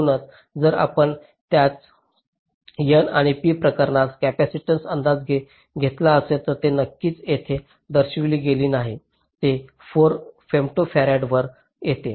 म्हणूनच जर आपण त्याच n आणि p प्रकारातील कपॅसिटीन्सचा अंदाज घेत असाल तर हे नक्कीच येथे दर्शविले गेले नाही ते 4 फेम्टोफॅरडवर येते